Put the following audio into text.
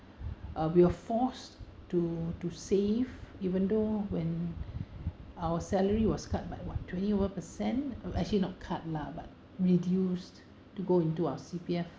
uh we're forced to to save even though when our salary was cut by what twenty over percent uh actually not cut lah but reduced to go into our C_P_F